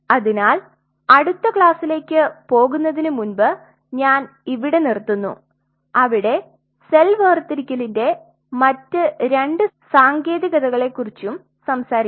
അതിനാൽ അടുത്ത ക്ലാസ്സിലേക്ക് പോകുന്നതിനുമുമ്പ് ഞാൻ ഇവിടെ നിർത്തുന്നു അവിടെ സെൽ വേർതിരിക്കലിന്റെ മറ്റ് രണ്ട് സാങ്കേതികതകളെക്കുറിച്ച് സംസാരിക്കാം